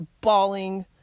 bawling